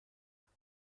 خوبه